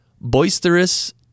Boisterous